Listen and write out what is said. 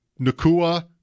Nakua